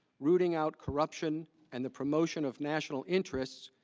rooting out corruption and the promotion of national interest.